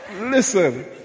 listen